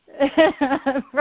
right